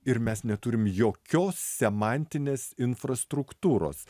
ir mes neturim jokios semantinės infrastruktūros